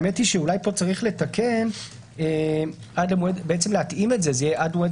אולי פה צריך להתאים את זה עד מועד